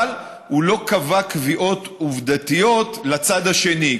אבל הוא לא קבע קביעות עובדתיות לצד השני,